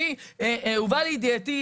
הובא לידיעתי,